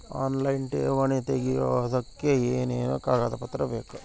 Online ಠೇವಣಿ ತೆಗಿಯೋದಕ್ಕೆ ಏನೇನು ಕಾಗದಪತ್ರ ಬೇಕು?